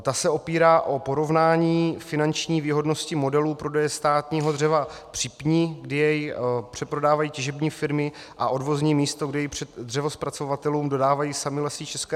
Ta se opírá o porovnání finanční výhodnosti modelu prodeje státního dřeva při pni, kdy jej přeprodávají těžební firmy, a odvozní místo, kdy jej dřevozpracovatelům dodávají samy Lesy ČR.